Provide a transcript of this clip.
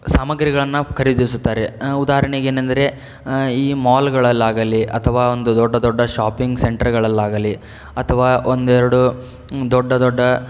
ಸಾಮಗ್ರಿಗಳನ್ನು ಖರೀದಿಸುತ್ತಾರೆ ಉದಾಹರ್ಣೆಗೆ ಏನೆಂದರೆ ಈ ಮಾಲ್ಗಳಲ್ಲಾಗಲಿ ಅಥವಾ ಒಂದು ದೊಡ್ಡ ದೊಡ್ಡ ಶಾಪಿಂಗ್ ಸೆಂಟ್ರ್ಗಳಲ್ಲಾಗಲಿ ಅಥವಾ ಒಂದೆರಡು ದೊಡ್ಡ ದೊಡ್ಡ